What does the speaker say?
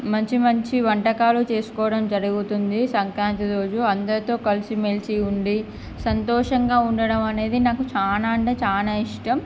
మంచి మంచి వంటకాలు చేసుకోవడం జరుగుతుంది సంక్రాంతి రోజు అందరితో కలిసిమెలిసి ఉండి సంతోషంగా ఉండడం అనేది నాకు చాల అంటే చాల ఇష్టం